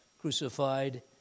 crucified